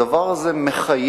הדבר הזה מחייב